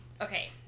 Okay